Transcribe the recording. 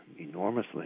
enormously